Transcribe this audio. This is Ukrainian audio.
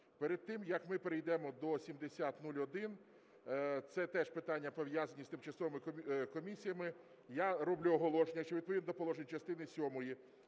перед тим, як ми перейдемо до 7001 - це теж питання, пов'язані з тимчасовими комісіями, - я роблю оголошення, що відповідно до положень частини сьомої